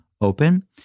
open